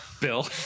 Bill